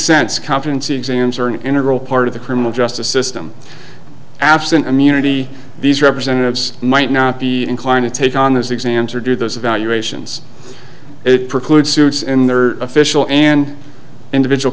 an integral part of the criminal justice system absent immunity these representatives might not be inclined to take on those exams or do those evaluations it preclude suits in their official and individual